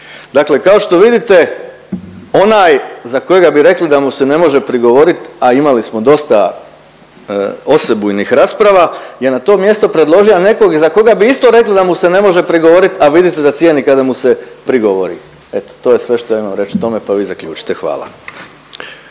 Dakle, kao što vidite onaj za kojega bi rekli da mu se ne može prigovorit, a imali smo dosta osebujnih rasprava je na to mjesto predložia nekog i za koga bi isto rekli da mu se ne može prigovorit, a vidite da cijeni kada mu se prigovori. Eto to je sve što imam reć o tome pa vi zaključite. Hvala.